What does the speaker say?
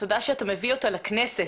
תודה שאתה מביא אותה לכנסת.